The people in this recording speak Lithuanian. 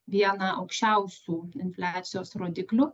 vieną aukščiausių infliacijos rodiklių